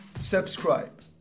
Subscribe